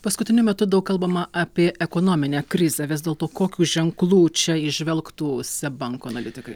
paskutiniu metu daug kalbama apie ekonominę krizę vis dėlto kokių ženklų čia įžvelgtų seb banko analitikai